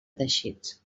teixits